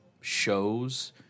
shows